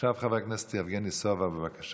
עכשיו חבר הכנסת יבגני סובה, בבקשה.